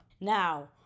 Now